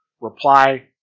reply